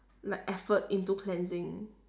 like effort into cleansing